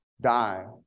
die